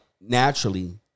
naturally